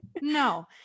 No